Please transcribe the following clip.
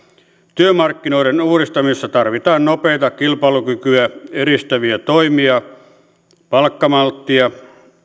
työmarkkinoiden uudistamisessa tarvitaan nopeita kilpailukykyä edistäviä toimia palkkamalttia